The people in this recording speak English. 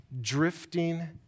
Drifting